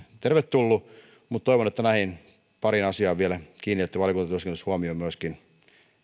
tervetullut mutta toivon että näihin pariin asiaan vielä kiinnitätte valiokuntatyöskentelyssä huomiota myöskin